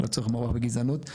לא צריך מאבק בגזענות.